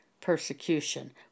persecution